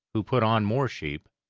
who put on more sheep,